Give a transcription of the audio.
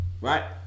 Right